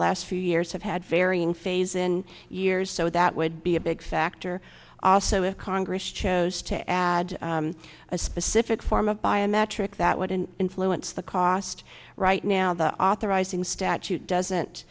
last few years have had varying phase in years so that would be a big factor also if congress chose to add a specific form of biometric that what an influence the cost right now the authorizing statute doesn't